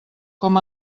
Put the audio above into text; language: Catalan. com